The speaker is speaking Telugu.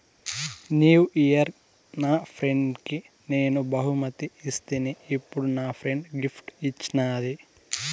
న్యూ ఇయిర్ నా ఫ్రెండ్కి నేను బహుమతి ఇస్తిని, ఇప్పుడు నా ఫ్రెండ్ గిఫ్ట్ ఇచ్చిన్నాది